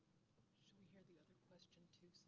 we hear the other question too,